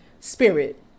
spirit